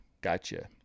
Gotcha